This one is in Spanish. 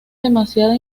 demasiada